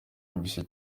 yumvise